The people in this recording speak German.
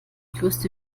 größte